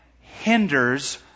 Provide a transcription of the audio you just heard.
hinders